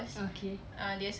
ah okay